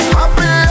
happy